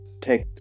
take